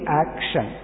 action